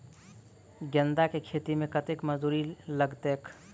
गेंदा केँ खेती मे कतेक मजदूरी लगतैक?